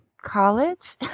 college